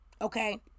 Okay